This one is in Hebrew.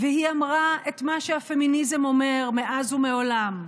והיא אמרה את מה שהפמיניזם אומר מאז ומעולם: